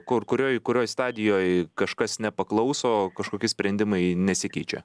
kur kurioj kurioj stadijoj kažkas nepaklauso kažkokie sprendimai nesikeičia